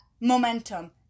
momentum